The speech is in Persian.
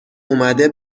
اومده